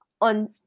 on